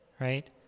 right